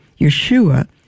yeshua